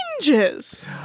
changes